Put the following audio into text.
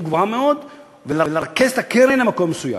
גבוהה מאוד ולרכז את הקרן למקום מסוים.